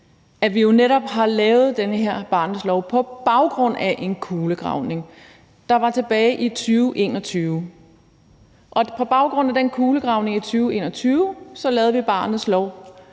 at vi jo netop har lavet den her barnets lov på baggrund af en kulegravning, der fandt sted tilbage i 2021. Og på baggrund af den kulegravning i 2021 lavede vi barnets lov.